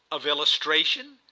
of illustration?